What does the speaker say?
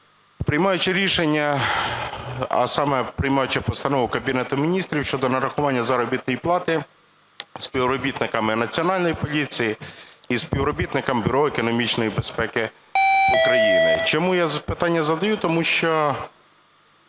приймаючи рішення, а саме приймаючи Постанову Кабінету Міністрів щодо нарахування заробітної плати співробітникам Національної поліції і співробітникам Бюро економічної безпеки України? Чому я питання задаю? Тому що